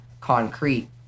concrete